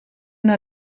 naar